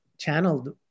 channeled